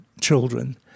children